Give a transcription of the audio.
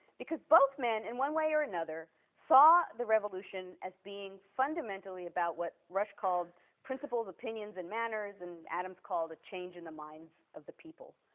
because both men in one way or another saw the revolution as being fundamentally about what rush called principles, opinions and manners and adams called a change in the minds of the people.